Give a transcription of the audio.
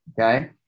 Okay